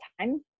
time